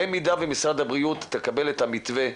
במידה ומשרד הבריאות יקבל את המתווה,